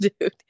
dude